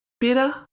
Bitter